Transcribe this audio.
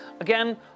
again